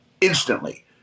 instantly